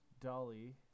Dolly